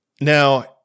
Now